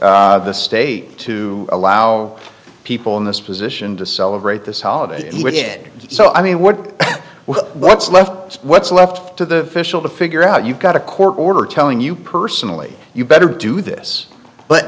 the state to allow people in this position to celebrate this holiday with it so i mean what what's left what's left to the fischel to figure out you got a court order telling you personally you better do this but